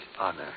honor